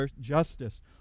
justice